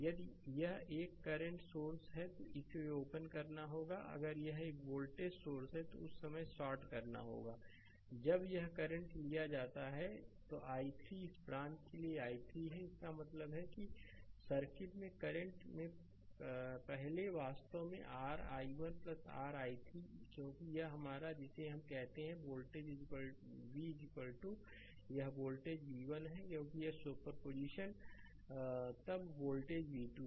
यदि यह एक करंट सोर्स है तो इसे ओपन करना होगा अगर यह एक वोल्टेज सोर्स है तो इसे उस समय शॉर्ट करना होगा जब यहां करंट लिया जाता है i3 इस ब्रांच के लिए यह i3 है इसका मतलब है कि सर्किट में करंटमें पहले r वास्तव में r i1 r i3 क्योंकि यह हमारा जिसे हम कहते हैं वोल्टेज v यह वोल्टेज v1 है क्योंकि सुपरपोजिशन तब वोल्टेज v2 है